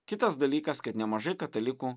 kitas dalykas kad nemažai katalikų